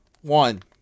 One